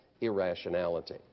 irrationality